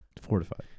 Fortified